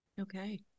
Okay